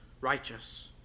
righteous